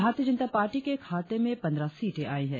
भारतीय जनता पार्टी के खाते में पंद्रह सीटें आई हैं